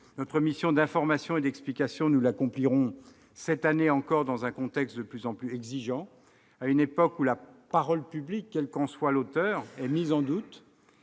Notre mission d'information et d'explication, nous l'accomplirons cette année encore dans un contexte de plus en plus exigeant, à une époque où la parole publique, quel qu'en soit l'auteur, est mise en doute